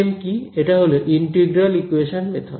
এটা হল integral equation method